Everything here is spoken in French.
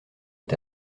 est